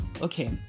okay